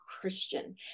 Christian